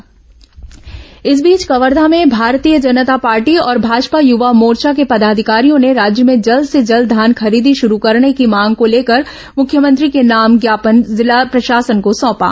धान खरीदी मांग इस बीच कवर्घा में भारतीय जनता पार्टी और भाजपा युवा मोर्चा के पदाधिकारियों ने राज्य में जल्द से जल्द धान खरीदी शुरू करने की मांग को लेकर मुख्यमंत्री के नाम ज्ञापन जिला प्रशासन को सौंपा